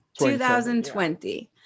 2020